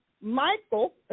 Michael